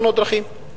תאונות דרכים.